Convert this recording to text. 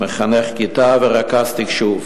מחנך כיתה ורכז תקשוב.